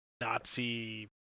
Nazi